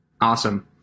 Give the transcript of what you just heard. Awesome